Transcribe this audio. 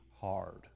hard